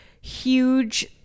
huge